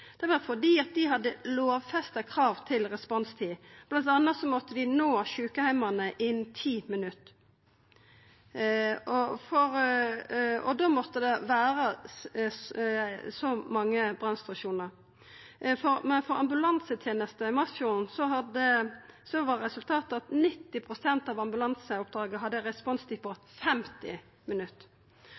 Det var fordi dei hadde lovfesta krav til responstid. Blant anna måtte dei nå sjukeheimane innan 10 minutt, og da måtte det vera så mange brannstasjonar. Men for ambulansetenesta i Masfjorden var resultatet at 90 pst. av ambulanseoppdraga hadde ei responstid på 50 minutt.